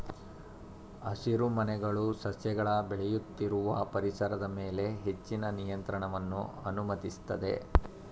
ಹಸಿರುಮನೆಗಳು ಸಸ್ಯಗಳ ಬೆಳೆಯುತ್ತಿರುವ ಪರಿಸರದ ಮೇಲೆ ಹೆಚ್ಚಿನ ನಿಯಂತ್ರಣವನ್ನು ಅನುಮತಿಸ್ತದೆ